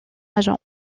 agent